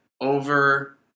over